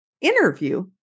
interview